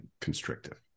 constrictive